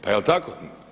Pa jel tako?